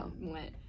went